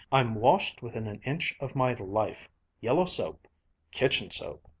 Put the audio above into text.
i'm washed within an inch of my life yellow soap kitchen soap!